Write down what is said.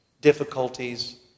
difficulties